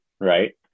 right